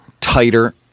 tighter